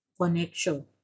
connection